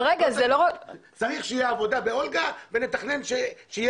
צריכה להיות עבודה באולגה ולתכנן כשתהיה